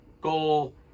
goal